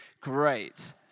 Great